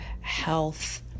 health